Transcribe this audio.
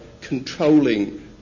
controlling